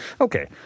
Okay